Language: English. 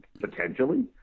potentially